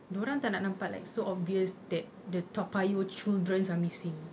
dia orang tak nak nampak like so obvious that the toa payoh children are missing